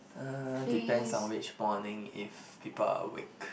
uh depends on which morning if people are awake